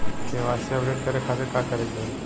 KYC update करे के खातिर का करे के होई?